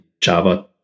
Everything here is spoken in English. Java